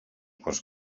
quants